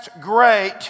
great